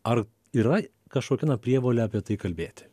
ar yra kažkokia na prievolė apie tai kalbėti